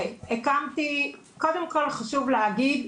קודם כל חשוב להגיד,